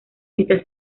esta